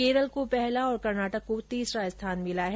केरल को पहला और कर्नाटक को तीसरा स्थान मिला है